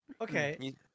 okay